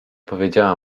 powiedziała